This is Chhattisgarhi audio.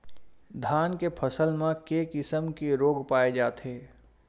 धान के फसल म के किसम के रोग पाय जाथे?